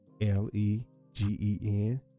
l-e-g-e-n